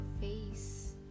face